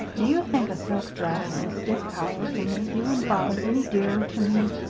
do you think a silk dress and a stiff collar can make you and father any dearer to me?